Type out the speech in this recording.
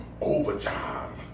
overtime